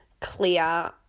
clear